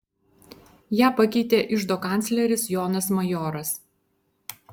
ją pakeitė iždo kancleris jonas majoras